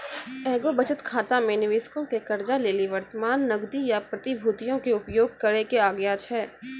एगो बचत खाता मे निबेशको के कर्जा लेली वर्तमान नगदी या प्रतिभूतियो के उपयोग करै के आज्ञा छै